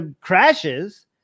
crashes